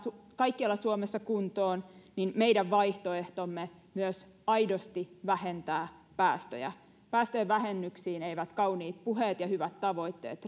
kaikkialla suomessa kuntoon meidän vaihtoehtomme myös aidosti vähentää päästöjä päästöjen vähennyksiin eivät kauniit puheet ja hyvät tavoitteet